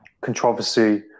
controversy